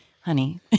honey